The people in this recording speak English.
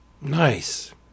Nice